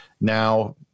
Now